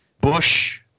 bush